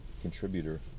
contributor